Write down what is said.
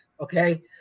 Okay